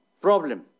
problem